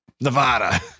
Nevada